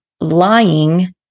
lying